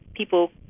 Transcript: people